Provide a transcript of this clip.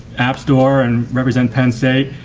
app store and represent penn state.